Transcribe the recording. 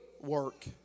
work